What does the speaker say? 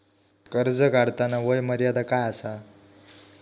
कर्ज काढताना वय मर्यादा काय आसा?